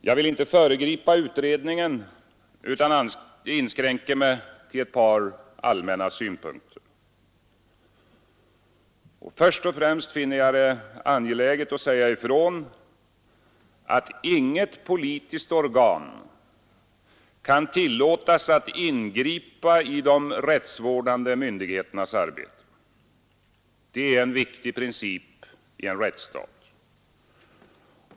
Jag vill inte föregripa utredningen utan inskränker mig till ett par allmänna synpunkter. Först och främst finner jag det angeläget att säga ifrån, att inget politiskt organ kan tillåtas att ingripa i de rättsvårdande myndigheternas arbete. Det är en viktig princip i en rättsstat.